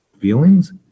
feelings